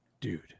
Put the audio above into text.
dude